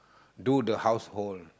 do the household